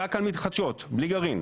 רק על מתחדשות בלי גרעין,